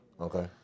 Okay